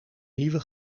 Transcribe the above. nieuwe